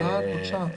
טוב.